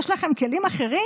יש לכם כלים אחרים.